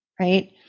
Right